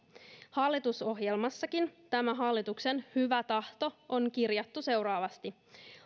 hallitusohjelmassakin tämä hallituksen hyvä tahto on kirjattu seuraavasti